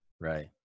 Right